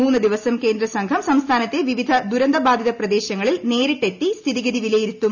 മൂന്നു ദിവസം കേന്ദ്ര സംഘം സംസ്ഥാനത്തെ വിവിധ ദുരന്ത ബാധിത പ്രദേശങ്ങളിൽ നേരിട്ടെത്തി സ്ഥിതിഗതി വിലയിരുത്തും